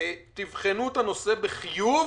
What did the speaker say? תבחנו את הנושא בחיוב